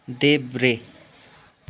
देब्रे